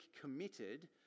committed